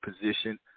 position